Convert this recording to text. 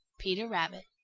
peter rabbit.